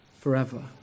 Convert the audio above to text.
forever